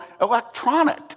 electronic